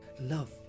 Love